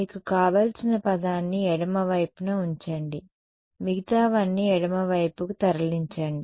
మీకు కావలసిన పదాన్ని ఎడమ వైపున ఉంచండి మిగతావన్నీ ఎడమ వైపుకు తరలించండి